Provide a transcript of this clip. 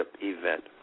event